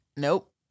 Nope